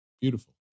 Beautiful